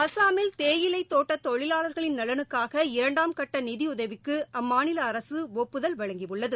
அஸ்ஸாமில் தேயிலை தோட்ட தொழிலாளர்களின் நலனுக்காக இரண்டாம் கட்ட நிதியுதவிக்கு அம்மாநில அரசு ஒப்புதல் வழங்கியுள்ளது